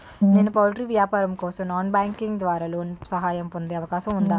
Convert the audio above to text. నేను పౌల్ట్రీ వ్యాపారం కోసం నాన్ బ్యాంకింగ్ ద్వారా లోన్ సహాయం పొందే అవకాశం ఉందా?